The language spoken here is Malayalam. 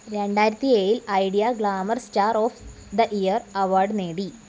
രണ്ടായിരത്തി ഏഴിൽ Idea glamour star of the year award നേടി